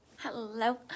Hello